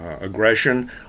aggression